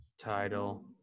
title